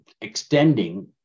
extending